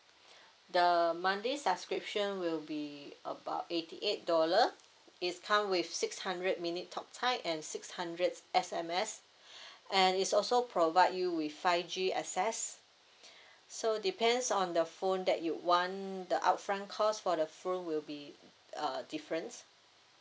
the monthly subscription will be about eighty eight dollar it's come with six hundred minute talk time and six hundred S_M_S and it's also provide you with five G access so depends on the phone that you want the upfront cost for the phone will be err different